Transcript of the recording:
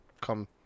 come